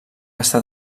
estat